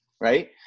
right